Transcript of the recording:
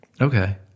Okay